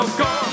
go